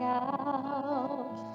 out